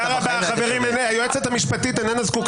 אנחנו רוצים שהיועצת המשפטית תגיע